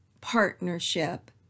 partnership